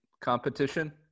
competition